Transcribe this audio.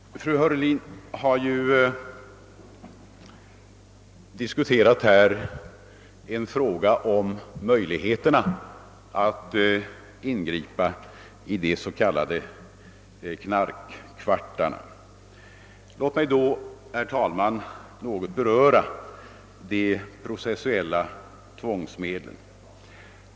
Fru Heurlin var inne på frågan om möjligheterna att ingripa i de s.k. knarkarkvartarna. Låt mig därför, herr talman, säga några ord om de processuella tvångsmedlen.